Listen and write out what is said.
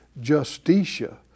Justitia